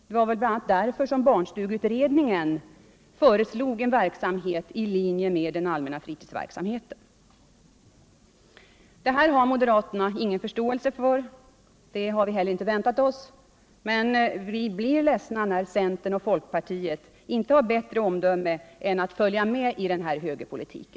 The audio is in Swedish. Det var väl bl.a. därför som barnstugceutredningen föreslog en verksamhet i linje med den allmänna fritidsverksamheten. Detta har moderaterna ingen förståelse för, och det har vi inte heller väntat oss, men vi blir ledsna när centern och folkpartiet inte har bättre omdöme än att följa med i denna högerpolitik.